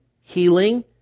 healing